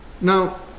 Now